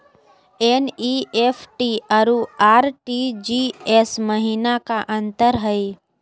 NEFT अरु RTGS महिना का अंतर हई?